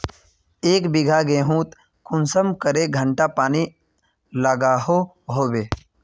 एक बिगहा गेँहूत कुंसम करे घंटा पानी लागोहो होबे?